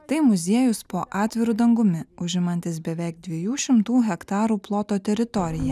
tai muziejus po atviru dangumi užimantis beveik dviejų šimtų hektarų ploto teritoriją